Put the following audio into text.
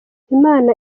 imana